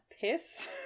Piss